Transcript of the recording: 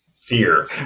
fear